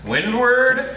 Windward